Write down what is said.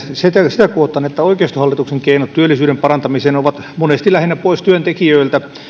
sitä kohtaan että oikeistohallituksen keinot työllisyyden parantamiseen ovat monesti lähinnä pois työntekijöiltä